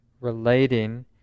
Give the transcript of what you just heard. relating